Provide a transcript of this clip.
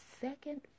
second